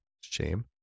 shame